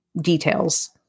details